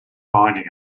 finding